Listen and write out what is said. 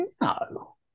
No